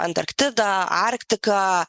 antarktidą arktiką